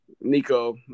Nico